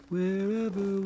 Wherever